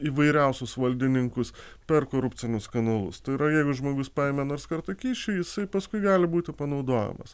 įvairiausius valdininkus per korupcinius kanalus tai yra jeigu žmogus paėmė nors kartą kyšį jisai paskui gali būti panaudojamas